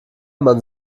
man